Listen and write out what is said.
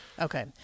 Okay